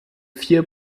vier